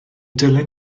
dilyn